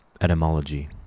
etymology